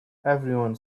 everyone